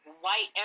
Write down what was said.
white